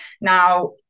Now